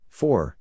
four